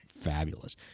Fabulous